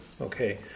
Okay